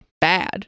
bad